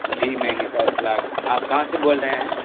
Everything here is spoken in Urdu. جی میں نثار اخلاق آپ کہاں سے بول رہے ہیں